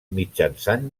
mitjançant